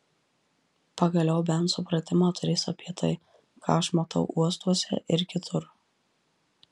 pagaliau bent supratimą turės apie tai ką aš matau uostuose ir kitur